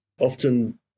often